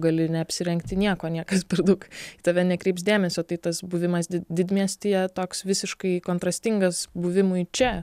gali neapsirengti nieko niekas per daug į tave nekreips dėmesio tai tas buvimas did didmiestyje toks visiškai kontrastingas buvimui čia